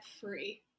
free